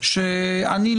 אז איפה דוגמה אישית?